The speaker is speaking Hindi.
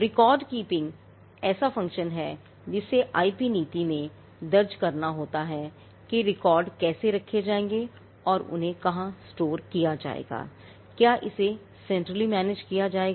रिकॉर्ड कीपिंगएक ऐसा फंक्शन है जिसे आईपी नीति में दर्ज करना होता है कि रिकॉर्ड कैसे रखे जाएंगे और उन्हें कहां स्टोर किया जाएगा क्या इसे सेंट्रली मैनेज किया जाएगा